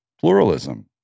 pluralism